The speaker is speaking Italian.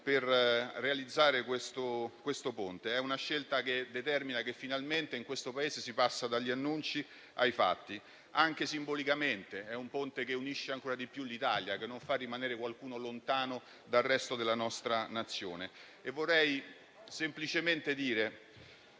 per realizzare questo Ponte; è una scelta che dimostra che, finalmente, in questo Paese si passa dagli annunci ai fatti. Anche simbolicamente, è un Ponte che unirà ancora di più l'Italia, che non farà rimanere qualcuno lontano dal resto della Nazione.